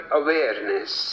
awareness